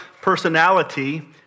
personality